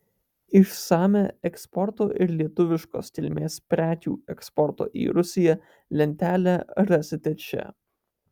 išsamią eksporto ir lietuviškos kilmės prekių eksporto į rusiją lentelę rasite čia